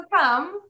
come